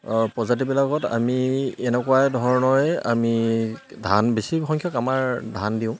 প্ৰজাতিবিলাকত আমি এনেকুৱা ধৰণৰে আমি ধান বেছি সংখ্যক আমাৰ ধান দিওঁ